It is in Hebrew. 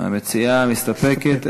המציעה מסתפקת.